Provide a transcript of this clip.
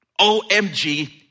OMG